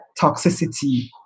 toxicity